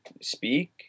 speak